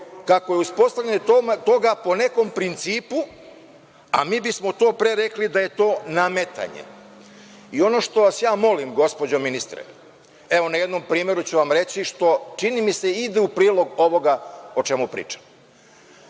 kako je uspostavljanje toga po nekom principu, a mi bismo pre rekli da je to nametanje. Ono što vas ja molim, gospođo ministre, evo na jednom primeru ću vam reći što, čini mi se, ide u prilog ovoga o čemu pričam.